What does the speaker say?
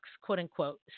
quote-unquote